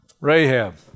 Rahab